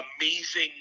amazing